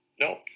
No